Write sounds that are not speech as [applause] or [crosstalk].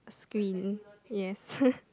screen yes [noise]